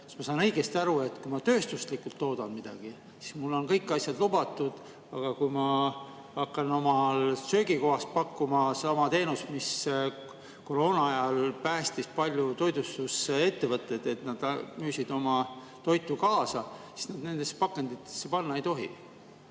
ma saan õigesti aru, et kui ma tööstuslikult toodan midagi, siis mulle on kõik asjad lubatud, aga kui ma hakkan oma söögikohas pakkuma teenust, mis koroonaajal päästis paljud toitlustusettevõtted, nad müüsid oma toitu kaasa, siis nendesse pakenditesse panna ei tohi?